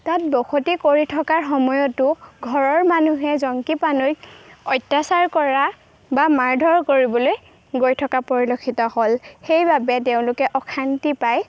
তাত বসতি কৰি থকাৰ সময়তো ঘৰৰ মানুহে জংকি পানৈক অত্যাচাৰ কৰা বা মাৰ ধৰ কৰিবলৈ গৈ থকা পৰিলক্ষিত হ'ল সেইবাবে তেওঁলোকে অশান্তি পায়